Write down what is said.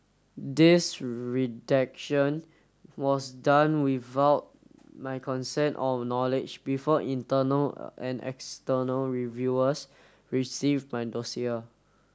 this redaction was done without my consent or knowledge before internal and external reviewers received my dossier